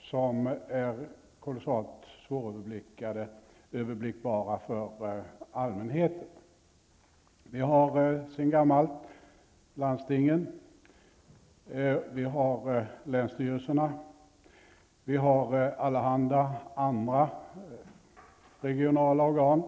som är kolossalt svåröverblickbara för allmänheten. Vi har sedan gammalt landstingen, vi har länsstyrelserna, vi har allehanda andra regionala organ.